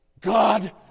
God